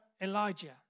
Elijah